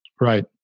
Right